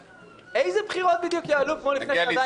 איזה בחירות בדיוק יתנהלו כמו לפני שנתיים?